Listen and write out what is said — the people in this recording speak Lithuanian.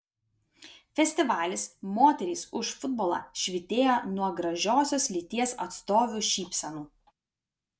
festivalis moterys už futbolą švytėjo nuo gražiosios lyties atstovių šypsenų